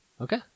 Okay